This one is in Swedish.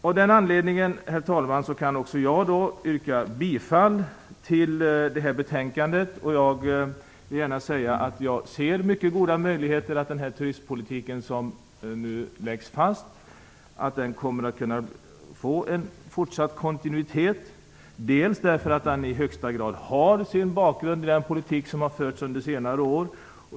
Av den anledningen kan också jag, herr talman, yrka bifall till hemställan i detta betänkande. Jag vill gärna säga att jag ser mycket goda möjligheter för den nya turistpolitik som nu läggs fast att få en fortsatt kontinuitet, bl.a. för att den i allra högsta grad har sin bakgrund i den politik som har förts under senare år.